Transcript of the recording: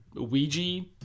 Ouija